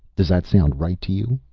does that sound right to you?